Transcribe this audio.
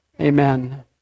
amen